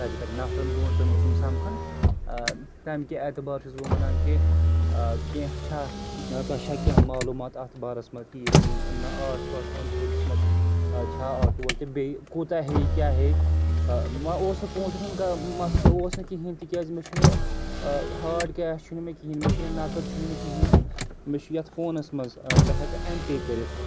تَتہِ کَرٕنۍ نَفرَن دۄن ژۄن اوسُم سَمکھُن تَمہِ کہِ اعتبار چھُس بہٕ وَنان کہِ کیٚنٛہہ چھےٚ تۄہہِ چھےٚ کیٚنٛہہ معلوٗمات اَتھ بارَس منٛز کہِ ییٚتٮ۪ن نہ آس پاس اوٚنٛد پوٚکِس منٛز چھےٚ آٹوٗ وول تہٕ بیٚیہِ کوٗتاہ ہیٚیہِ کیٛاہ ہیٚیہِ مےٚ اوس نہٕ پونٛسَن ہُنٛد کانٛہہ مَسلہٕ اوس نہٕ کِہیٖنۍ تِکیٛازِ مےٚ چھُنہٕ ہارڈ کیش چھُنہٕ مےٚ کِہیٖنۍ مےٚ چھُنہٕ نَقٕد چھُم نہٕ کِہیٖنۍ نہٕ مےٚ چھُ یتھ فونَس منٛز بہٕ ہٮ۪کہٕ اٮ۪م پے کٔرِتھ